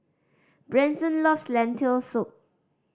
Branson loves Lentil Soup